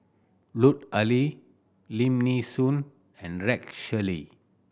Lut Ali Lim Nee Soon and Rex Shelley